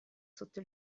sotto